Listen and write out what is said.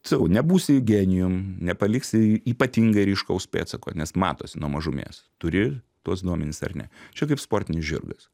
sakau nebūsi genijum nepaliksi ypatingai ryškaus pėdsako nes matosi nuo mažumės turi tuos duomenis ar ne čia kaip sportinis žirgas